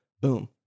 Boom